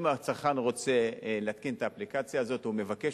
אם הצרכן רוצה להתקין את האפליקציה הוא מבקש.